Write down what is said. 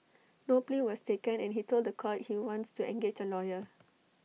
no plea was taken and he told The Court he wants to engage A lawyer